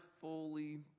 fully